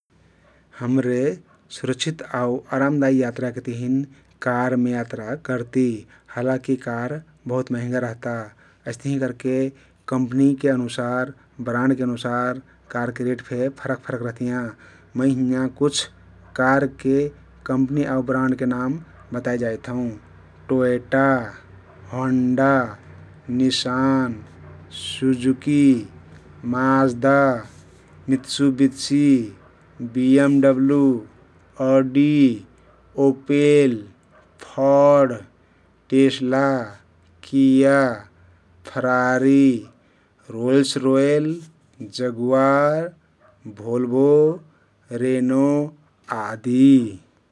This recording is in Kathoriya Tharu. हमरे सुरक्षित आउ अरामदायी यात्राक तहिन कारमे यात्रा करती । हालाकी कार बहुत महँगा रहता । अइस्तहिं करके कम्पनी के अनुसार, ब्राण्डके अनुसार कारके रेट फे फरक फरक रहतियाँ । मै हिंयाँ कुछ कारके कम्पनी आउ ब्राण्डके नाउँ बताइ जाइत हउँ । Toyota, Honda, Nissan, Suzuki, Mazda, Mitsubishi, B M W, Opel, Ford, Tesla, Kia, Ferrari, Rolls Royce, Jaguar, Volvo, Renault आदि ।